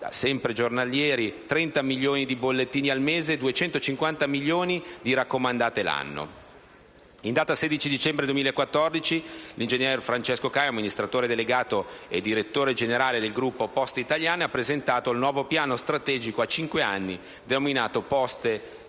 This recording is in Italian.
pacchi giornalieri, 30 milioni di bollettini al mese, 250 milioni di raccomandate l'anno. In data 16 dicembre 2014, l'ingegner Francesco Caio, amministratore delegato e direttore generale del gruppo Poste italiane, ha presentato il nuovo piano strategico a cinque anni, denominato «Poste 2020».